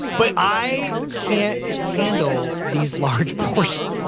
but i can't handle these large portions.